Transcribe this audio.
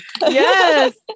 Yes